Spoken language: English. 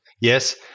Yes